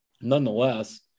Nonetheless